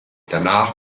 danach